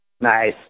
Nice